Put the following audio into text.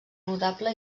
notable